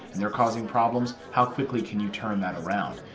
and they're causing problems, how quickly can you turn that around?